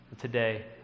today